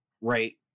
right